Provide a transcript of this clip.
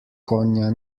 konja